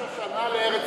ראש השנה לארץ-ישראל.